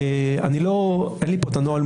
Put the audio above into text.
אין לי פה את הנוהל מולי,